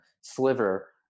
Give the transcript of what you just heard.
sliver